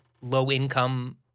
low-income